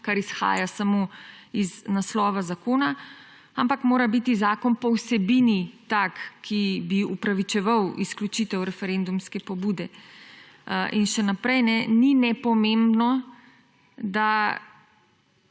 kar izhaja samo iz naslova zakona, ampak mora biti zakon po vsebini tak, ki bi upravičeval izključitev referendumske pobude. In še naprej, ni nepomembno, da